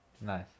Nice